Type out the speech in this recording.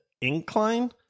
incline